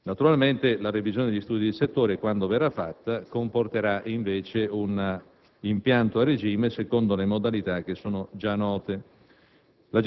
Naturalmente, la revisione degli studi di settore, quando verrà fatta, comporterà invece un impianto a regime secondo le modalità già note.